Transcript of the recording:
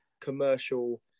commercial